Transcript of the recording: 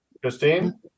Christine